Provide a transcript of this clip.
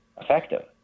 effective